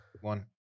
one